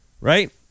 right